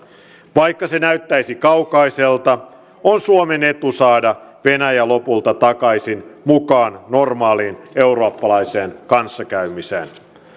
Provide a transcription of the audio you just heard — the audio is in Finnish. vaikka se näyttäisi kaukaiselta on suomen etu saada venäjä lopulta takaisin mukaan normaaliin eurooppalaiseen kanssakäymiseen